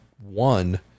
one